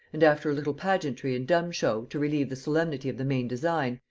and, after a little pageantry and dumb show to relieve the solemnity of the main design,